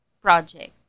project